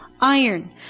iron